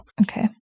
Okay